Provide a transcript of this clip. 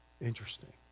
Interesting